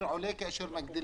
המחיר עולה כשמגדילים?